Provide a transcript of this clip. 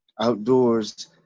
Outdoors